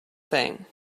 thing